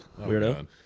weirdo